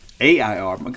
A-I-R